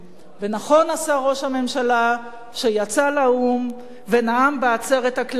ונכון עשה ראש הממשלה שיצא לאו"ם ונאם בעצרת הכללית,